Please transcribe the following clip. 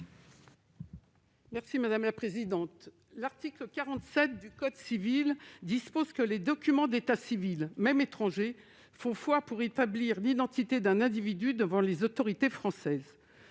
Mme Raymonde Poncet Monge. L'article 47 du code civil dispose que les documents d'état civil, même étrangers, font foi pour établir l'identité d'un individu devant les autorités françaises.